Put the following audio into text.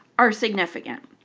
are significant.